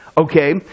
Okay